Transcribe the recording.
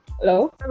Hello